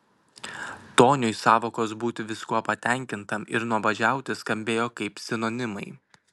toniui sąvokos būti viskuo patenkintam ir nuobodžiauti skambėjo kaip sinonimai